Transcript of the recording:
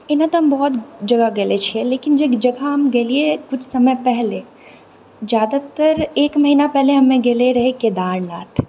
एना तऽ हम बहुत जगह गेले छियै लेकिन जे जगह हम गेलियै किछु समय पहिले जादातर एक महिना पहिले हमऽ गेले रहियै केदारनाथ